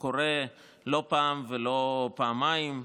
קורה לא פעם ולא פעמיים.